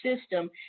system